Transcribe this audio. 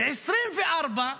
ב-2024,